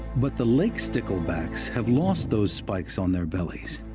but the lake sticklebacks have lost those spikes on their bellies.